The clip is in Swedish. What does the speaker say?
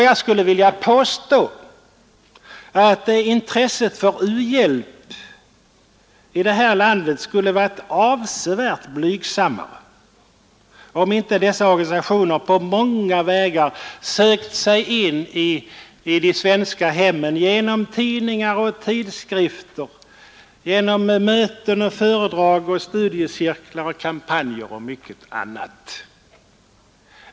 Jag skulle vilja påstå att intresset för u-hjälp i detta land skulle varit avsevärt blygsammare än nu om inte dessa organisationer på många vägar sökt sig in i de svenska hemmen genom tidningar och tidskrifter, genom möten, föredrag, studiecirklar, kampanjer och mycket annat.